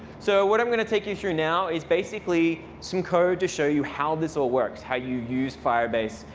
so what i'm going to take you through now is basically some code to show you how this all works, how you use firebase,